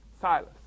silas